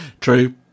True